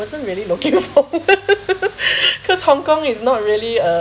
wasn't really looking forward because hong kong is not really uh